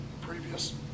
previous